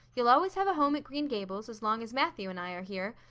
you'll always have a home at green gables as long as matthew and i are here,